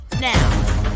now